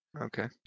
Okay